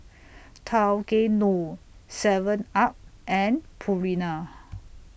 Tao Kae Noi Seven up and Purina